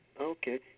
Okay